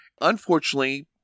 Unfortunately